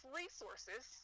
resources